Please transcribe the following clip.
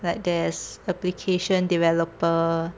like there's application developer